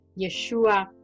Yeshua